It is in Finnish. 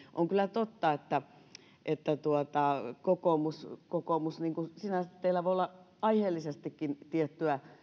on kyllä totta kokoomus kokoomus että teillä voi olla aiheellisestikin tiettyä